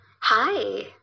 Hi